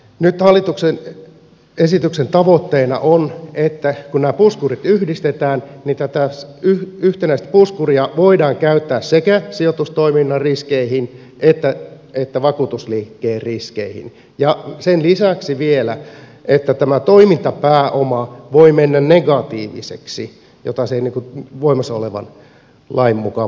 nyt hallituksen esityksen tavoitteena on se että kun nämä puskurit yhdistetään tätä yhtenäistä puskuria voidaan käyttää sekä sijoitustoiminnan riskeihin että vakuutusliikkeen riskeihin ja sen lisäksi vielä se että tämä toimintapääoma voi mennä negatiiviseksi jollaiseksi se ei voimassa olevan lain mukaan voi mennä